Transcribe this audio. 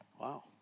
Wow